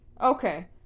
okay